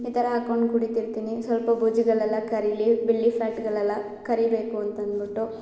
ಈ ಥರ ಹಾಕೊಂಡು ಕುಡಿತಿರ್ತೀನಿ ಸ್ವಲ್ಪ ಬೊಜ್ಜುಗಲೆಲ್ಲ ಕರೀಲಿ ಬೆಲ್ಲಿ ಫ್ಯಾಟ್ಗಲೆಲ್ಲ ಕರಗಬೇಕು ಅಂತ ಅನ್ಬಿಟ್ಟು